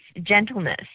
gentleness